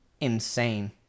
Insane